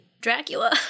Dracula